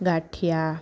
ગાંઠીયા